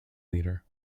leader